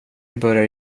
börjar